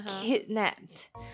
kidnapped